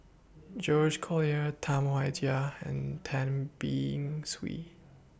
George Collyer Tam Wai Jia and Tan Be in Swee